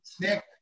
Nick